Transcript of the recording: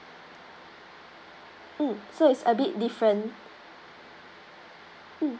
mm so it's a bit different